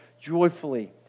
joyfully